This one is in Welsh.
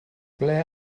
ble